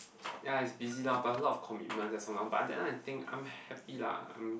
ya it's busy lah but a lot of commitment that's all lor but then I think I'm happy lah I'm